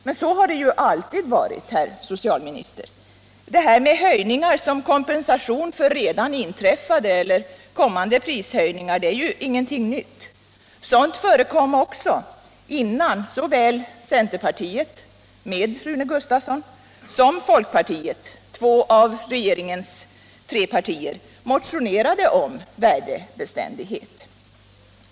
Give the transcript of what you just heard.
Men så har det ju alltid varit, herr socialministern. Detta med höjningar som kompensation för redan inträffade eller kommande prishöjningar är ju ingenting nytt. Sådant förekom också innan såväl centerpartiet, med Rune Gustavsson, som folkpartiet — två av regeringens tre partier —- motionerade om värdebeständighet.